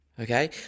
Okay